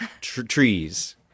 trees